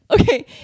Okay